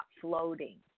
floating